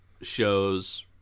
shows